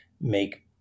make